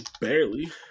Barely